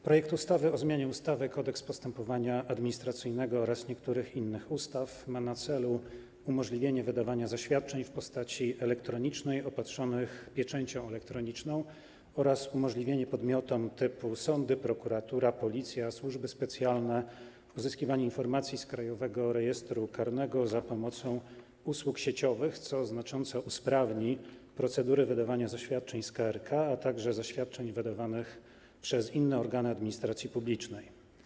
Projekt ustawy o zmianie ustawy Kodeks postępowania administracyjnego oraz niektórych innych ustaw ma na celu umożliwienie wydawania zaświadczeń w postaci elektronicznej opatrzonych pieczęcią elektroniczną oraz umożliwienie podmiotom typu sądy, prokuratura, Policja, służby specjalne uzyskiwania informacji z Krajowego Rejestru Karnego za pomocą usług sieciowych, co znacząco usprawni procedury wydawania zaświadczeń z KRK, a także zaświadczeń wydawanych przez inne organy administracji publicznej.